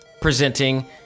presenting